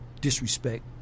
Disrespect